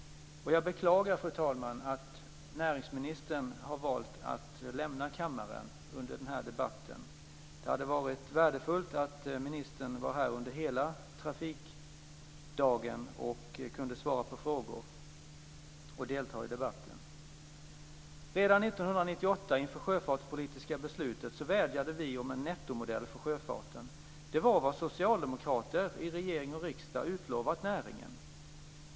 Jag beklagar, fru talman, att näringsministern har valt att lämna kammaren under den här debatten. Det hade varit värdefullt om ministern hade varit här under hela trafikdagen och svarat på frågor och deltagit i debatten. Redan 1998 inför det sjöfartspolitiska beslutet vädjade vi om en nettomodell för sjöfarten. Det var vad socialdemokrater i regering och riksdag utlovat näringen.